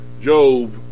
Job